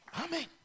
Amen